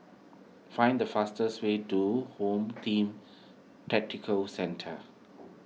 find the fastest way to Home Team Tactical Centre